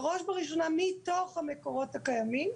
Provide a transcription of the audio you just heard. בראש ובראשונה מתוך המקורות הקיימים,